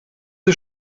sie